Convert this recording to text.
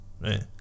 Right